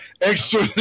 extra